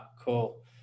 Cool